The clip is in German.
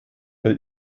herr